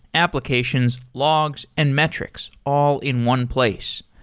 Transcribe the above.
applications, logs and metrics all in one place.